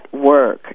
work